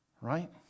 Right